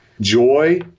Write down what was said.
joy